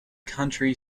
county